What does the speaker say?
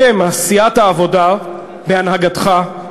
אתם, סיעת העבודה, בהנהגתך,